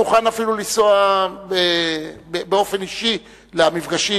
מוכן אפילו לנסוע באופן אישי למפגשים,